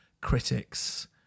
critics